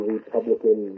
Republican